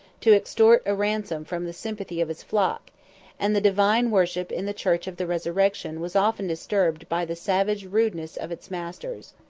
to extort a ransom from the sympathy of his flock and the divine worship in the church of the resurrection was often disturbed by the savage rudeness of its masters.